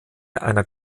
einer